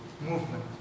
Movement